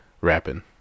rapping